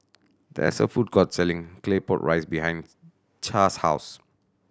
there is a food court selling Claypot Rice behind Cass' house